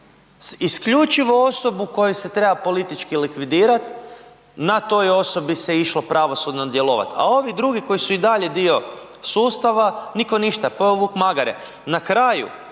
isključivo osobu koju se treba politički likvidirat na toj osobi se išlo pravosudno djelovat, a ovi drugi koji su i dalje dio sustava nitko ništa, pojeo vuk magare. Na kraju